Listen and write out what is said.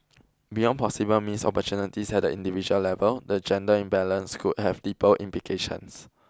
beyond possible missed opportunities at the individual level the gender imbalance could have deeper implications